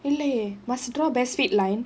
இல்லையே:illaiyae must draw best fit line